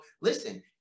listen